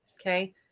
Okay